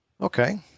okay